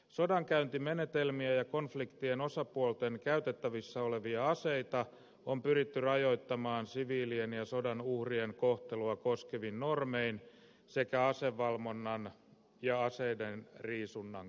sodankäyntimenetelmiä ja konfliktien osapuolten käytettävissä olevia aseita on pyritty rajoittamaan siviilien ja sodan uhrien kohtelua koskevin normein sekä asevalvonnan ja aseidenriisunnan kautta